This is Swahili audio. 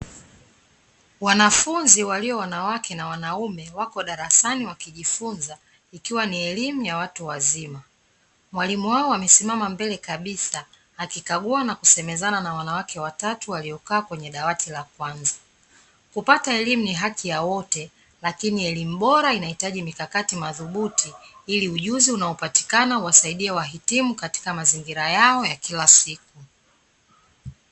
Wanafunzi walio wanawake na wanaume wapo darasani wakijifunza, ikiwa ni elimu ya watu wazima. Mwalimu wao amesimama mbele kabisa akikagua na kusemezana na wanawake watatu waliokaa kwenye dawati la kwanza. Kupata elimu ni haki ya wote lakini elimu bora inahitaji mikakati madhubuti ili ujuzi unaopatikana uwasaidie wahitimu katika mazingira yao ya kila siku.